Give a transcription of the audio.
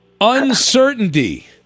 uncertainty